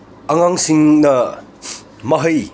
ꯑꯉꯥꯡꯁꯤꯡꯅ ꯃꯍꯩ